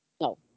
No